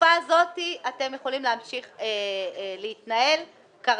בתקופה הזאת, אתם יכולים להמשיך להתנהל כרגיל.